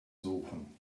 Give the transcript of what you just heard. suchen